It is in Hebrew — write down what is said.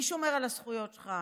מי שומר על הזכויות שלך?